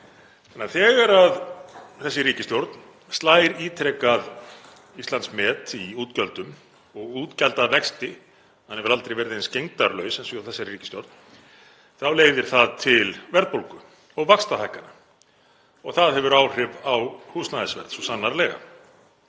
Þegar þessi ríkisstjórn slær ítrekað Íslandsmet í útgjöldum og útgjaldavexti, sem hefur aldrei verið eins gegndarlaus og hjá þessari ríkisstjórn, þá leiðir það til verðbólgu og vaxtahækkana og það hefur áhrif á húsnæðisverð, svo sannarlega.